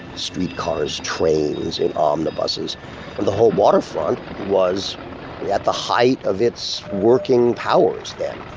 streetcars, trains, and omnibuses. and the whole waterfront was at the height of its working powers then.